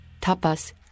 tapas